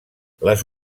les